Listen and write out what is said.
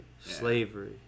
Slavery